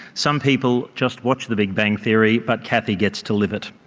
some people just watch the big bang theory but kathy gets to live it.